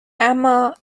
اما